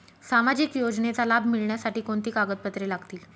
सामाजिक योजनेचा लाभ मिळण्यासाठी कोणती कागदपत्रे लागतील?